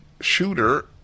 shooter